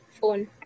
Phone